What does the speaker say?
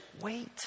wait